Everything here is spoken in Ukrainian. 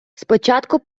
спочатку